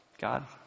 God